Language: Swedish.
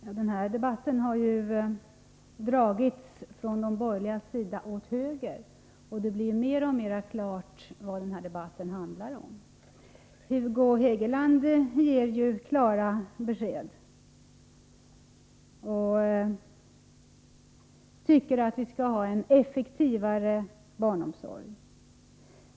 Fru talman! De borgerliga har vridit den här debatten åt höger. Det blir allt klarare vad debatten handlar om. Hugo Hegeland ger klara besked och tycker att vi skall ha en effektivare barnomsorg.